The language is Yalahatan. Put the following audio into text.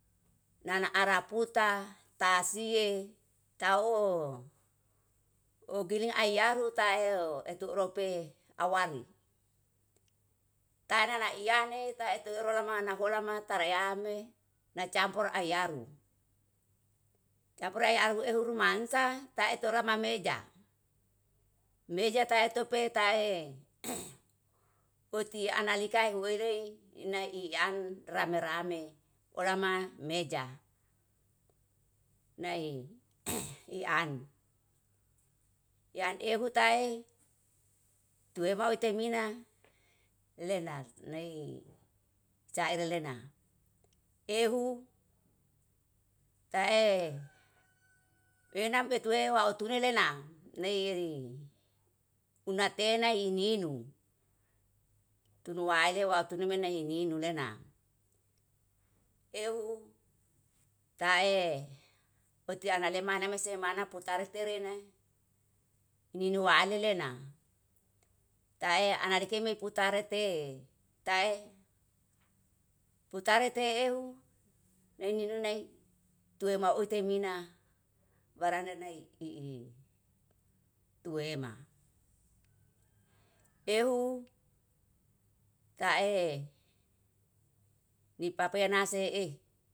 Nana ara puta tasie taoo, ogiling ayarutaeo eturope awali tana naiyane taete rolomana holamata rayame nacampur ahyaru. Campuere ahuehu rumansa taetu rumameja, meja taetu petae uti analika ehuerei nai iyan rame-rame. Olama meja, nai ian ehu tae tuema wetimina lenar nai saire lenar. Ehu tae enam petue wautunu lena neiri una teina nai ininu tunuai lewa tunimenai inulena, ehu tae oiti analema lemase mana putar tere ne ninu ale lena. Tae analiki me putarete tae, putarete ehu neini nunai tue mauti mina barana nai ihi tuwema. Ehu tae lipapea nase eh.